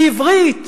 בעברית,